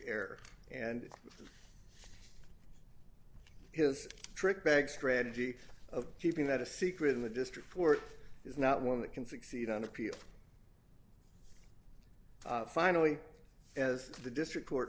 care and his trick bag strategy of keeping that a secret in the district for it is not one that can succeed on appeal finally as the district court